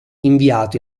inviato